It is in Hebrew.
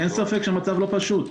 אין ספק שהמצב לא פשוט.